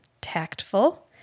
tactful